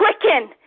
quicken